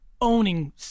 owning